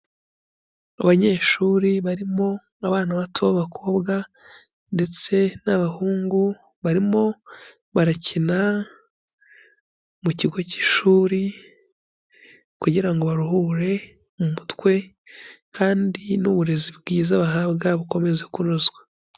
Abanyeshuri barimo abana bato b'abakobwa ndetse n'abahungu barimo barakina mu kigo cy'ishuri kugira ngo baruhure mu mutwe kandi n'uburezi bwiza bahabwa bukomeza kunozwa.